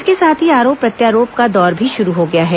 इसके साथ ही आरोप प्रत्यारोप का दौर भी शुरू हो गया है